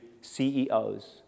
CEOs